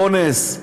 אונס,